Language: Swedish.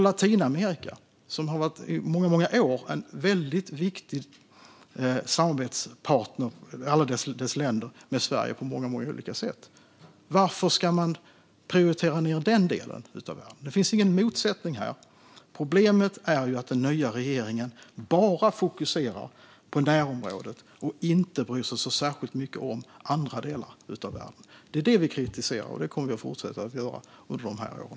Latinamerika och alla länder där har i många år varit en väldigt viktig samarbetspartner med Sverige på många olika sätt. Varför ska man prioritera ned den delen av världen? Det finns ingen motsättning här. Problemet är att den nya regeringen bara fokuserar på närområdet och inte bryr sig särskilt mycket om andra delar av världen. Det är detta vi kritiserar, och det kommer vi att fortsätta göra under de här åren.